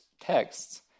texts